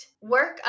Work